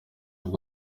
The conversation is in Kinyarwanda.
nawe